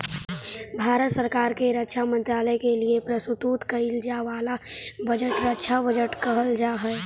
भारत सरकार के रक्षा मंत्रालय के लिए प्रस्तुत कईल जाए वाला बजट रक्षा बजट कहल जा हई